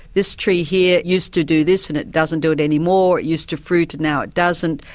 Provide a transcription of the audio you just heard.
this tree here used to do this and it doesn't do it anymore, it used to fruit and now it doesn't.